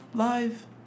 Live